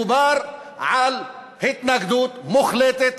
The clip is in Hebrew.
מדובר על התנגדות מוחלטת,